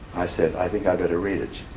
i said, i think i better read it